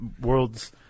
world's